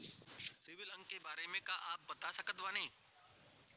CIBIL अंक के बारे मे का आप बता सकत बानी?